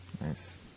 nice